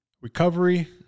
recovery